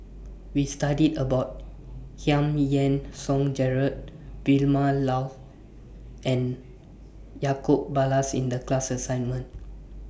We studied about Giam Yean Song Gerald Vilma Laus and Ballas in The class assignment